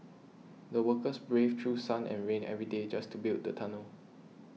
the workers braved through sun and rain every day just to build the tunnel